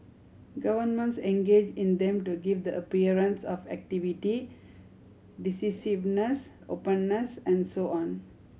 governments engage in them to give the appearance of activity decisiveness openness and so on